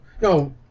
No